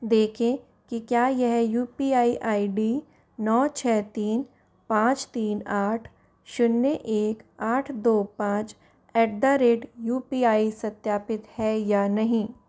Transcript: देखें कि क्या यह U P I I D नौ छः तीन पाँच तीन आठ शून्य एक आठ दो पाँच at the rate U P I सत्यापित है या नहीं